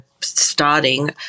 starting